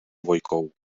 dvojkou